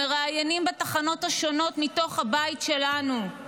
מראיינים בתחנות השונות מתוך הבית שלנו,